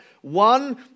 one